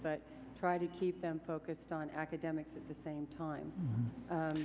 but try to keep them focused on academics at the same time